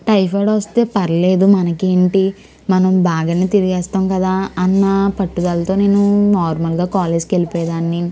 typhoid వస్తే పర్లేదు మనకేంటి బాగానే తిరిగేస్తాం కదా అన్న పట్టుదలతో నేను నార్మల్గా కాలేజీకి వెళ్ళిపోయేదాన్ని